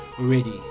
already